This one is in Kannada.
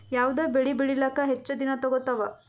ಯಾವದ ಬೆಳಿ ಬೇಳಿಲಾಕ ಹೆಚ್ಚ ದಿನಾ ತೋಗತ್ತಾವ?